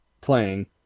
playing